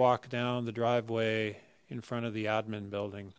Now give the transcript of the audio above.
walk down the driveway in front of the admin building